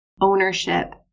ownership